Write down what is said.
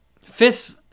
Fifth